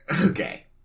Okay